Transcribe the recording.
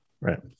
right